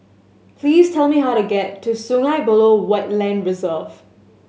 please tell me how to get to Sungei Buloh Wetland Reserve